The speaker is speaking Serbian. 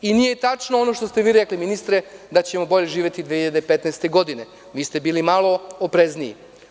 I nije tačno ono što ste vi rekli gospodine ministre da ćemo bolje živeti 2015. godine, vi ste bili malo oprezniji.